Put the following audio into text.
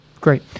Great